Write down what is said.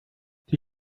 die